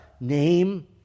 name